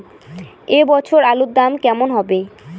এ বছর আলুর দাম কেমন হবে?